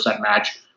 match